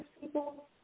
people